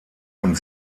und